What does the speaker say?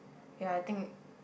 ya I think